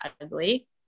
ugly